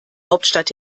hauptstadt